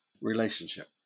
relationship